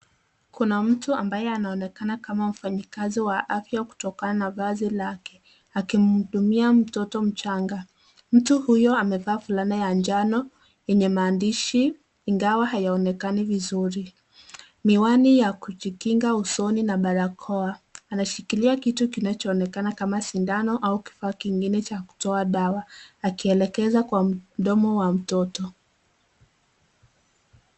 Kuna mtu ambaye anaonekana kama mfanyakazi wa afya kutokana na vazi lake akimhudumia mtoto mchanga. Mtu huyo amevaa fulana ya njano yenye maandishi ingawa hayaonekani vizuri, miwani ya kujikinga usoni na barakoa. Anashikilia kitu kinachoonekana kama sindano ama kifaa kingine cha kutoa dawa akielekeza kwa mdomo wa mtoto.